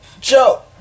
Joe